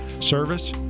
Service